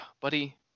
Buddy